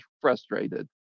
frustrated